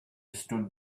stood